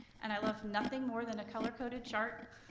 and i love nothing more than a color coded chart,